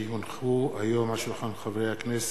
כי הונחו היום על שולחן הכנסת,